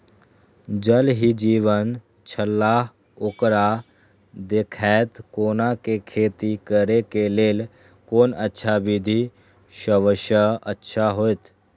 ज़ल ही जीवन छलाह ओकरा देखैत कोना के खेती करे के लेल कोन अच्छा विधि सबसँ अच्छा होयत?